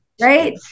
Right